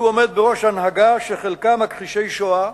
הוא עומד בראש הנהגה שחלקה מכחישי שואה,